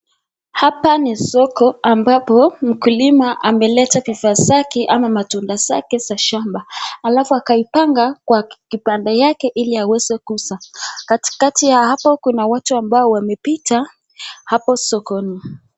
Hapa ni soko ambapo mkulima ameleta vifaa zake ama matunda zake za shamba halafu akaipanga kwa kibanda yake ili aweze kuuza katikati ya hapo kuna watu ambao wamepita hapo sokoni